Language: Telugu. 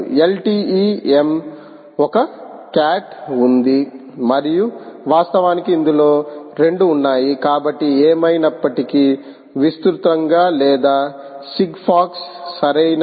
LTE M ఒక క్యాట్ ఉంది మరియు వాస్తవానికి ఇందులో రెండు ఉన్నాయి కాబట్టి ఏమైనప్పటికీ విస్తృతంగా లేదా సిగ్ఫాక్స్ సరియైనది